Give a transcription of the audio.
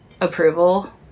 approval